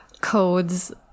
codes